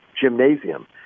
gymnasium